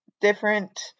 different